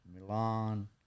Milan